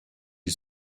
die